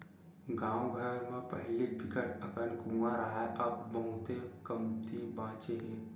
गाँव घर म पहिली बिकट अकन कुँआ राहय अब बहुते कमती बाचे हे